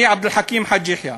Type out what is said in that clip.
אני, עבד אל חכים חאג' יחיא,